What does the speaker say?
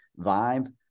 Vibe